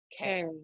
okay